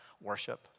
worship